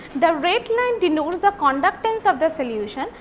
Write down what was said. the red line denotes the conductance of the solution.